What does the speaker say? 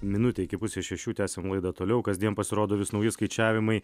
minutė iki pusės šešių tęsiam laidą toliau kasdien pasirodo vis nauji skaičiavimai